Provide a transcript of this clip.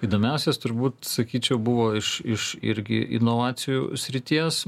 įdomiausias turbūt sakyčiau buvo iš iš irgi inovacijų srities